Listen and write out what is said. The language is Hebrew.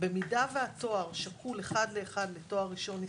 במידה והתואר שקול אחד לאחד לתואר ראשון ישראלי,